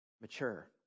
Mature